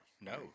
No